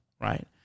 Right